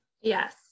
Yes